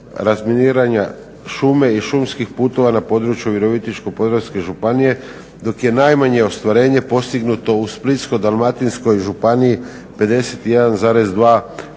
razminiranja šume i šumskih putova na području Virovitičko-podravske županije dok je najmanje ostvarenje postignuto u Splitsko-dalmatinskoj županiji 51,2%